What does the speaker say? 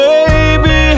Baby